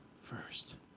first